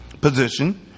position